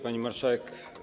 Pani Marszałek!